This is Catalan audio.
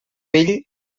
vell